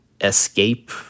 escape